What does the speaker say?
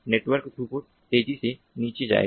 network throughput तेजी से नीचे जाएगा